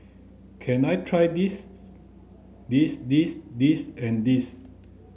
can I try this this this this and this